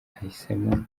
ahisemo